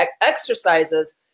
exercises